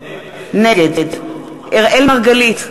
נגד אראל מרגלית,